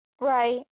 Right